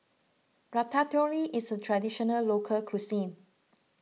Ratatouille is a Traditional Local Cuisine